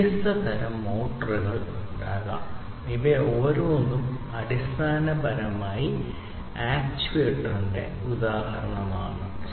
വ്യത്യസ്ത തരം മോട്ടോറുകൾ ഉണ്ടാകാം ഇവ ഓരോന്നും അടിസ്ഥാനപരമായി ആക്റ്റേറ്ററിന്റെ ഉദാഹരണമാണ്